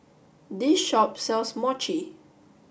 this shop sells Mochi